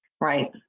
Right